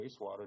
wastewater